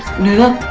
knew that